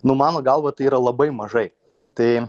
nu mano galva tai yra labai mažai tai